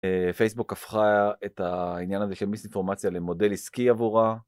פייסבוק הפכה את העניין הזה של מיסט-אינפורמציה למודל עסקי עבורה.